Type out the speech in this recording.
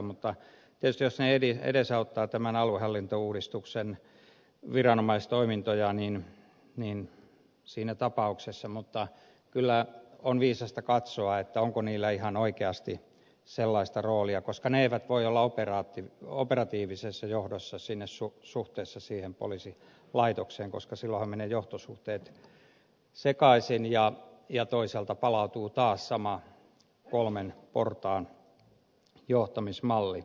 mutta tietysti jos ne edesauttavat tämän aluehallintouudistuksen viranomaistoimintoja siinä tapauksessa ne ovat mutta kyllä on viisasta katsoa onko niillä ihan oikeasti sellaista roolia koska ne eivät voi olla operatiivisessa johdossa suhteessa siihen poliisilaitokseen koska silloinhan menevät johtosuhteet sekaisin ja toisaalta palautuu taas sama kolmen portaan johtamismalli